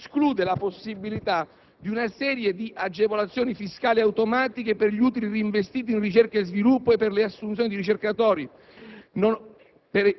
non esclude la possibilità di una serie di agevolazioni fiscali automatiche per gli utili reinvestiti in ricerca e sviluppo e per le assunzioni di ricercatori,